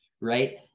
right